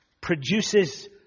produces